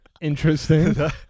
Interesting